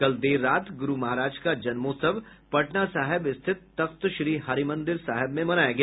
कल देर रात गुरू महाराज का जन्मोत्सव पटना साहिब स्थित तख्तश्री हरिमंदिर साहिब में मनाया गया